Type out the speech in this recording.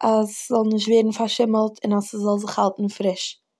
אז ס'זאל נישט ווערן פארשימלט און אז ס'זאל זיך האלטן פריש.